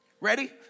Ready